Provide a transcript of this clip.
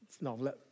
No